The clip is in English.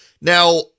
Now